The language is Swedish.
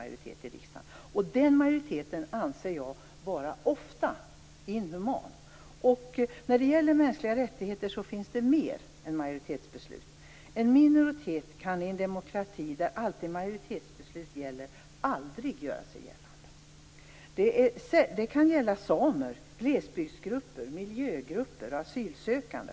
Jag anser att den majoriteten ofta är inhuman. I en demokrati där majoritetsbeslut alltid gäller kan en minoritet aldrig göra sig gällande. Det kan gälla samer, glesbygdsgrupper, miljögrupper eller asylsökande.